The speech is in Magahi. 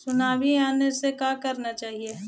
सुनामी आने से का करना चाहिए?